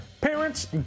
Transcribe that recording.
Parents